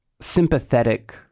sympathetic